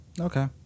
Okay